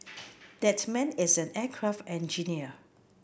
that man is an aircraft engineer